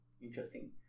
interesting